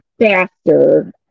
faster